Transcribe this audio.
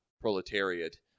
proletariat